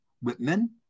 Whitman